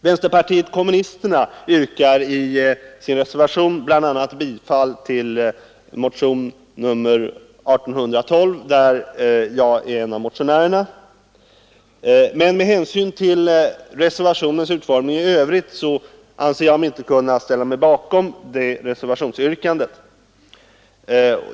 Vänsterpartiet kommunisterna yrkar i sin reservation bl.a. bifall till motionen 1812, där jag är en av motionärerna. Men med hänsyn till reservationens utformning i Övrigt anser jag mig inte kunna ställa mig bakom det reservationsyrkandet.